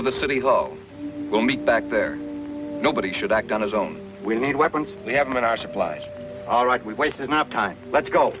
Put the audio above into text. to the city hall we'll meet back there nobody should act on his own we need weapons we have in our supplies all right we've wasted our time let's go